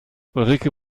ulrike